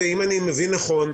אם אני מבין נכון,